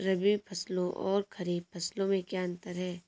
रबी फसलों और खरीफ फसलों में क्या अंतर है?